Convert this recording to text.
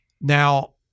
Now